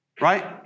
right